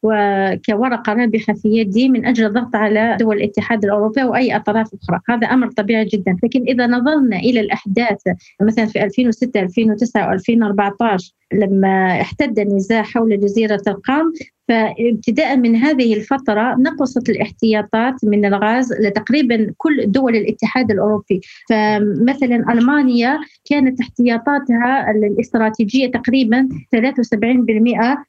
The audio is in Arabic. وكورقة رابحة في يدي من أجل الضغط على دول الاتحاد الأوروبي وأي أطراف أخرى. هذا أمر طبيعي جداً. لكن إذا نظرنا إلى الأحداث، مثلاً في 2006، 2009، 2014، لما احتد النزاع حول جزيرة القرم، فابتداءً من هذه الفترة نقصت الاحتياطات من الغاز لتقريباً كل دول الاتحاد الأوروبي. فمثلاً ألمانيا كانت احتياطاتها الاستراتيجية تقريباً 73%،